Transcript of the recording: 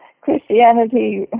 Christianity